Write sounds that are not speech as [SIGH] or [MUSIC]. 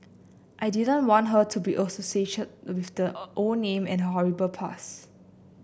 I didn't want her to be associated with the [UNINTELLIGIBLE] old name and her horrible past